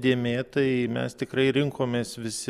dėmė tai mes tikrai rinkomės visi